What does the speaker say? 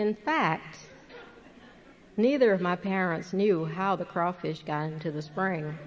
in fact neither of my parents knew how the crawfish got into the spring